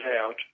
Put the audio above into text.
out